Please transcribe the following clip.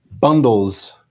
bundles